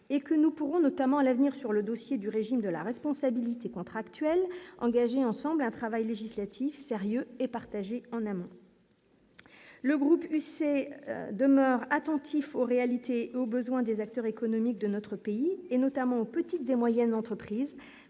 et que nous pourrons, notamment à l'avenir sur le dossier du régime de la responsabilité contractuelle engager ensemble un travail législatif sérieux et partagé en amont. Le groupe UC demeure attentif aux réalités et aux besoins des acteurs économiques de notre pays et notamment aux petites et moyennes entreprises,